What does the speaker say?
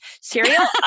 cereal